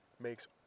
makes